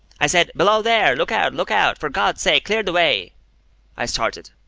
i said, below there! look out! look out! for god's sake, clear the way i started.